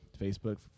Facebook